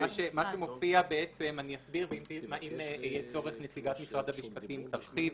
אני אסביר ואם יהיה צורך נציגת משרד המשפטים תרחיב.